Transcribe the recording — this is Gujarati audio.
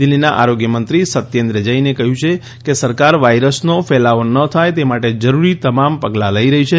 દિલ્હીના આરોગ્ય મંત્રી સત્યેન્દ્ર જૈને કહ્યું કે સરકાર વાયરસનો ફેલાવો ન થાય તે માટે જરૂરી તમામ પગલાં લઇ રહી છે